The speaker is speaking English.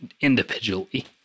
individually